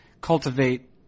cultivate